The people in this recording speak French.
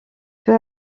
peu